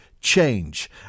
change